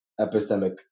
Epistemic